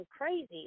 crazy